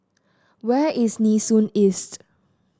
where is Nee Soon East